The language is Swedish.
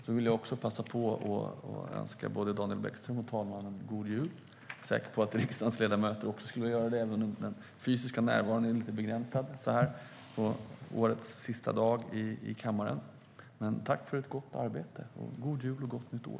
Jag vill också passa på att önska både Daniel Bäckström och herr talmannen god jul. Jag är säker på att riksdagens ledamöter också skulle göra det, men den fysiska närvaron är lite begränsad så här på årets sista dag i kammaren. Tack för ett gott arbete! God jul och gott nytt år!